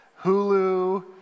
Hulu